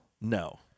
No